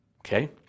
Okay